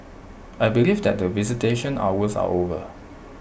I believe that the visitation hours are over